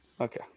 Okay